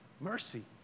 Mercy